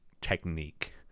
technique